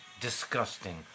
disgusting